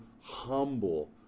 humble